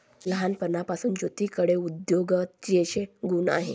लहानपणापासून ज्योतीकडे उद्योजकतेचे गुण आहेत